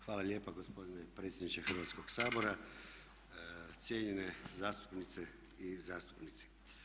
Hvala lijepa gospodine predsjedniče Hrvatskog sabora, cijenjene zastupnice i zastupnici.